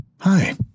Hi